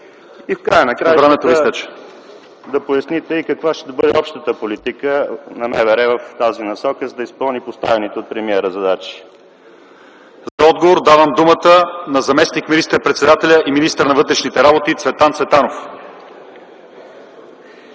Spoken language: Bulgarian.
В края на краищата да поясните и каква ще бъде общата политика на МВР в тази насока, за да изпълни поставените от премиера задачи? ПРЕДСЕДАТЕЛ ЛЪЧЕЗАР ИВАНОВ: За отговор давам думата на заместник министър-председателя и министър на вътрешните работи Цветан Цветанов.